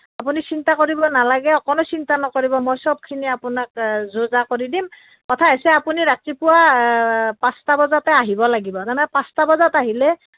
আপুনি চিন্তা কৰিব নালাগে অকণো চিন্তা নকৰিব মই সবখিনি আপোনাক যো জা কৰি দিম কথা হৈছে আপুনি ৰাতিপুৱা পাঁচটা বজাতে আহিব লাগিব পাঁচটা বজাত আহিলে